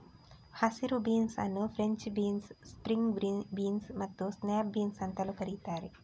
ಹಸಿರು ಬೀನ್ಸ್ ಅನ್ನು French beans, string beans ಮತ್ತು ಸ್ನ್ಯಾಪ್ ಬೀನ್ಸ್ ಅಂತಲೂ ಕರೀತಾರೆ